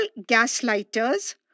gaslighters